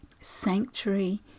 sanctuary